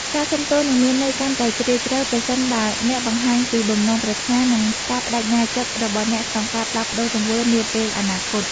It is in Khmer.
ការសុំទោសនឹងមានន័យកាន់តែជ្រាលជ្រៅ ប្រសិនបើអ្នកបង្ហាញពីបំណងប្រាថ្នា និងការប្តេជ្ញាចិត្តរបស់អ្នកក្នុងការផ្លាស់ប្តូរទង្វើនាពេលអនាគត។